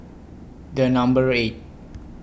The Number eight